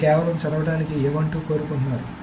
అది కేవలం చదవడానికి కోరుకుంటున్నారు